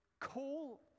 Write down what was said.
call